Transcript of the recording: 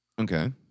Okay